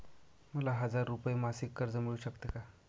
मला हजार रुपये मासिक कर्ज मिळू शकते का?